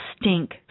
stink